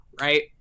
right